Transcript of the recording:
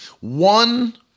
One